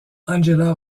angela